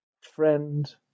friend